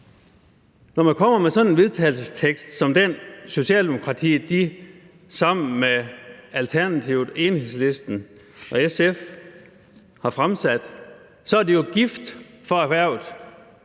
Når man kommer med sådan en vedtagelsestekst som den, Socialdemokratiet sammen med Alternativet, Enhedslisten og SF har fremsat, er det jo gift for erhvervet